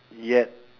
yet